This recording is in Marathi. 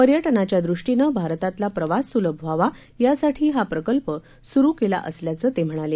पर्यटनाच्यादृष्टीनं भारतातला प्रवास सुलभ व्हावा यासाठी हा प्रकल्प सुरु केला असल्याचं ते म्हणाले